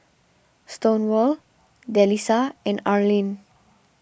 Stonewall Delisa and Arlin